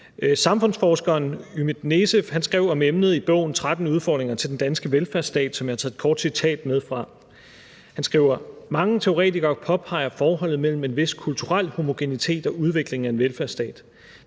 Samfundsforskeren Ümit Necef skrev om emnet i bogen »13 udfordringer til den danske velfærdsstat«, som jeg har taget et kort citat med fra. Han skriver: »Mange teoretikere påpeger forholdet mellem en vis kulturel homogenitet og udviklingen af en velfærdsstat.